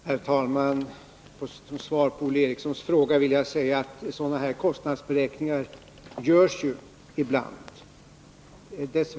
Herr talman! Först vill jag som svar på Olle Erikssons fråga säga att sådana här kostnadsberäkningar ibland görs.